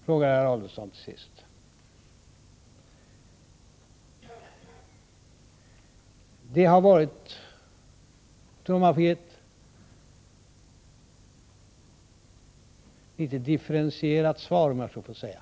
frågar herr Adelsohn till sist. Svaret blir litet differentierat, om jag så får säga.